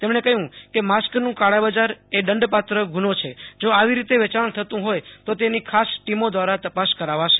તેમણે કહ્યુ કે માસ્કનું કાળાબજાર એ દંડપાત્ર ગુનો બને છે જો આવી રીતે વેયામ થતું હોથ તો તેની ખાસ ટીમો દ્રારા તપાસ કરાવાશે